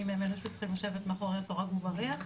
הם אלה שצריכים לשבת מאחורי סורג ובריח,